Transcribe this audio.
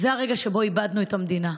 שזה הרגע שבו איבדנו את המדינה.